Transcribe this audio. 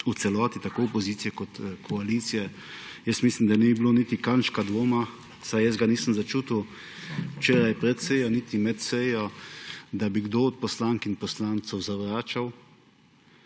celoti, tako opozicije kot koalicije, mislim, da ni bilo niti kančka dvoma, vsaj jaz ga nisem začutil včeraj pred sejo niti med sejo, da bi kdo od poslank in poslancev zavračal.